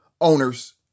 owners